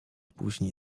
później